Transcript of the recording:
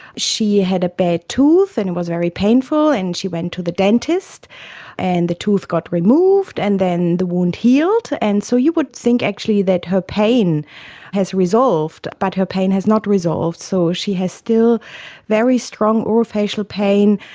she had a bad tooth and it was very painful and she went to the dentist and the tooth got removed and then the wound healed. and so you would think actually that her pain has resolved, but her pain has not resolved. so she has still very strong oral facial pain,